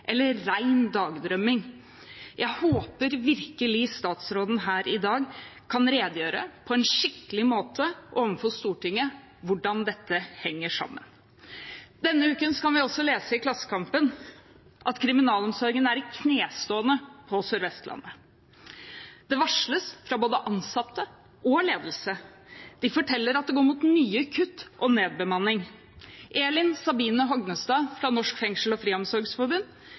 eller ren dagdrømming. Jeg håper virkelig statsråden her i dag kan redegjøre på en skikkelig måte overfor Stortinget hvordan dette henger sammen. Denne uken kan vi også lese i Klassekampen at «Kriminalomsorga er i kneståande på sørvestlandet». Det varsles fra både ansatte og ledelse, de forteller at det går mot nye kutt og nedbemanning. Elin Sabine Hognestad fra Norsk Fengsels- og Friomsorgsforbund